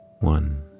one